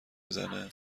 میزنه